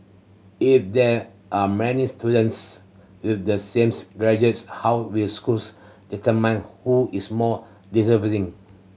if there are many students with the same graduates how will schools determine who is more deserving